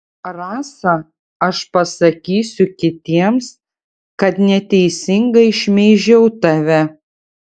rasa aš pasakysiu kitiems kad neteisingai šmeižiau tave